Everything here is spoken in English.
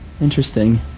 Interesting